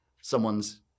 someone's